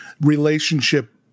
relationship